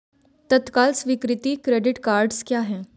तत्काल स्वीकृति credit cards क्या हैं?